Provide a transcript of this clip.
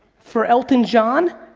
for elton john,